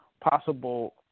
possible